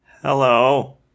Hello